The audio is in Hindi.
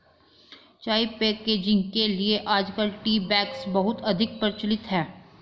चाय पैकेजिंग के लिए आजकल टी बैग्स बहुत अधिक प्रचलित है